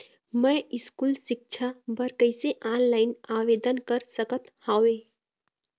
मैं स्कूल सिक्छा बर कैसे ऑनलाइन आवेदन कर सकत हावे?